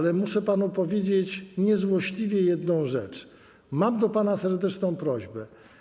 Jednak muszę panu powiedzieć niezłośliwie jedną rzecz: mam do pana serdeczną prośbę.